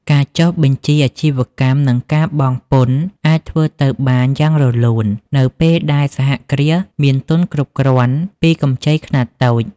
ការចុះបញ្ជីអាជីវកម្ម និងការបង់ពន្ធអាចធ្វើទៅបានយ៉ាងរលូន នៅពេលដែលសហគ្រាសមានទុនគ្រប់គ្រាន់ពីកម្ចីខ្នាតតូច។